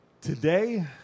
Today